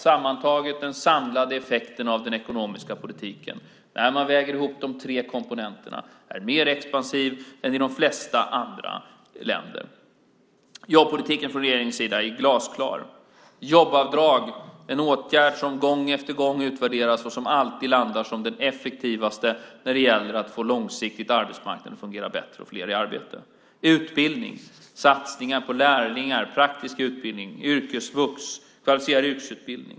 Sammantaget är den samlade effekten av den ekonomiska politiken, när man väger ihop de tre komponenterna, mer expansiv än i de flesta andra länder. Jobbpolitiken är glasklar. Jobbskatteavdrag är en åtgärd som utvärderas gång på gång och alltid landar som den effektivaste när det gäller att långsiktigt få arbetsmarknaden att fungera bättre och få fler i arbete. När det gäller utbildning är det satsningar på lärlingar, praktisk utbildning, yrkesvux och kvalificerad yrkesutbildning.